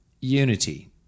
unity